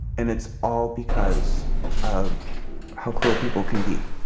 and it's all because of how cruel people can be.